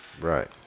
Right